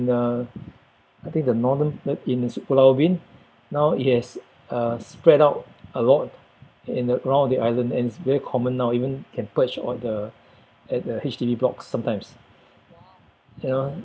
the I think the northern uh in pulau ubin now it has uh spread out a lot in uh ground of the island and it's very common now even can perch on the at the H_D_B block sometimes you know